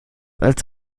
als